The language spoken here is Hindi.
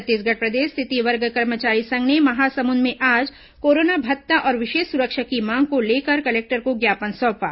छत्तीसगढ़ प्रदेश तृतीय वर्ग कर्मचारी संघ ने महासमुंद में आज कोरोना भत्ता और विशेष सुरक्षा की मांग को लेकर कलेक्टर को ज्ञापन सौंपा